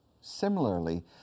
Similarly